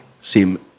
seem